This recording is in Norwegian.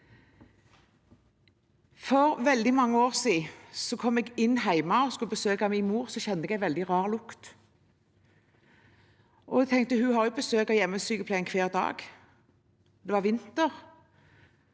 For veldig mange år siden kom jeg inn hjemme og skulle besøke min mor, og så kjente jeg en veldig rar lukt. Jeg tenkte: Hun har jo besøk av hjemmesykepleien hver dag. Det var vinter,